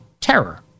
terror